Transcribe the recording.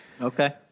Okay